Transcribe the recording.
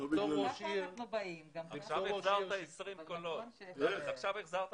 אני רוצה לסיים את